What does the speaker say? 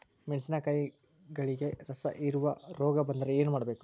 ಮೆಣಸಿನಕಾಯಿಗಳಿಗೆ ರಸಹೇರುವ ರೋಗ ಬಂದರೆ ಏನು ಮಾಡಬೇಕು?